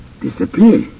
Disappear